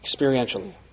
experientially